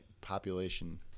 population